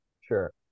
sure